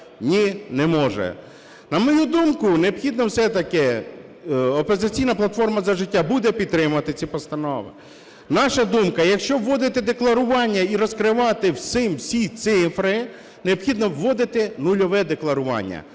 Ні, не може. На мою думку, необхідно все-таки, "Опозиційна платформа – За життя" буде підтримувати ці постанови. Наша думка, якщо вводити декларування і розкривати всім всі цифри, необхідно вводити нульове декларування,